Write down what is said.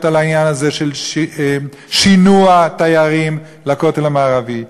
על העניין הזה של שינוע תיירים לכותל המערבי.